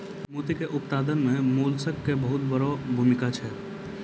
मोती के उपत्पादन मॅ मोलस्क के बहुत वड़ो भूमिका छै